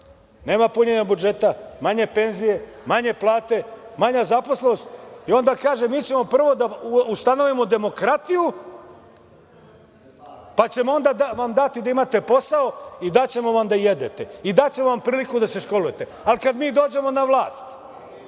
Nema punjenja budžeta, manje19/2 BN/IRpenzije, manje plate, manja zaposlenost. Onda kaže - mi ćemo prvo da ustanovimo demokratiju, pa ćemo vam dati da imate posao i daćemo vam da jedete i daćemo vam priliku da se školujete, ali kada mi dođemo na vlast.